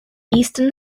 eastern